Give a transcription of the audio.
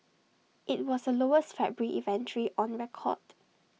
IT was the lowest February inventory on record